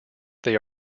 they